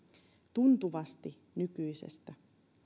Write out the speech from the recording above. tuntuvasti nykyisestä